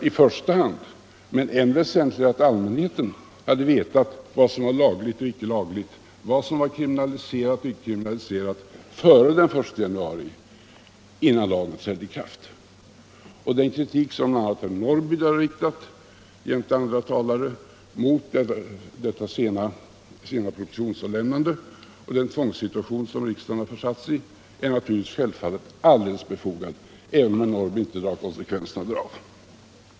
Men det är väsentligare att allmänheten före den 1 januari, dvs. innan lagen träder i kraft, hade vetat vad som är lagligt och icke lagligt, vad som är kriminaliserat och icke kriminaliserat. Den kritik som bl.a. herr Norrby här har riktat mot det sena propositionsavlämnandet och den tvångssituation som riksdagen försatts i är självfallet alldeles befogad, även om herr Norrby inte drar konsekvenserna härav.